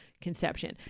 conception